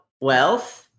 wealth